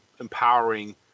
empowering